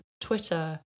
Twitter